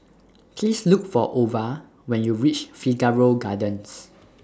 Please Look For Ova when YOU REACH Figaro Gardens